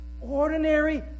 ordinary